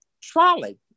trolley